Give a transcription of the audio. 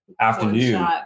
afternoon